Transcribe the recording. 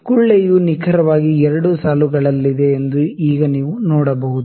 ಗುಳ್ಳೆಯು ನಿಖರವಾಗಿ 2 ಸಾಲುಗಳಲ್ಲಿದೆ ಎಂದು ಈಗ ನೀವು ನೋಡಬಹುದು